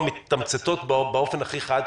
מיתמצתות באופן הכי חד,